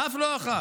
אף לא אחת.